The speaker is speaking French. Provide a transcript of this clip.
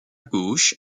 gauche